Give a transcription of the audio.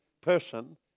person